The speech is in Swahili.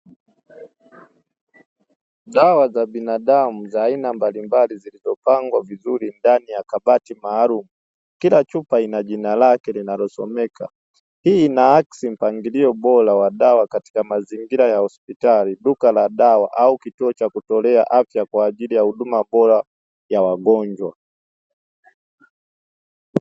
Dawa za binadamu za aina mbalimbali zilizopangwa vizuri ndani ya kabati maalumu ,kila chupa inajina lake linalosomeka ,hii inaansi mpangilio bora wa dawa katika mazingira ya hospitali ,duka la dawa au kituo cha kutolea afya kwaajili ya huduma bora kwa wagonjwa.